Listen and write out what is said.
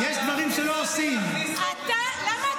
שמה?